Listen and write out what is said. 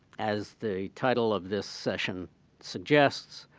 as the title of this session suggests,